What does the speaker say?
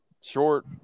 short